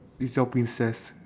is your princess